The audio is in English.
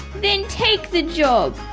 then take the job!